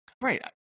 right